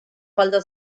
falta